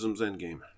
endgame